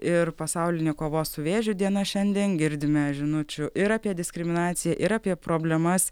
ir pasaulinė kovos su vėžiu diena šiandien girdime žinučių ir apie diskriminaciją ir apie problemas